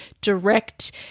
direct